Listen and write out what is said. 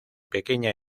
pequeña